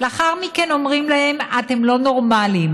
לאחר מכן אומרים להם: אתם לא נורמלים.